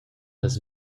las